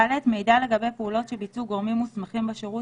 ד) מידע לגבי פעולות שביצעו גורמים מוסמכים בשירות